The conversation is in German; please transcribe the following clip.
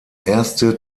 erste